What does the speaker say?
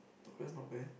oh that's not bad